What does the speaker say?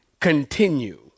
continue